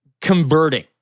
converting